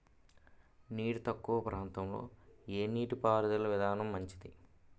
నీరు తక్కువ ప్రాంతంలో ఏ నీటిపారుదల విధానం మంచిది?